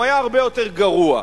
הוא היה הרבה יותר גרוע.